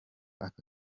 aka